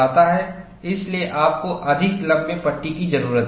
इसलिए आपको अधिक लंबे पट्टी की जरूरत है